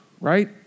right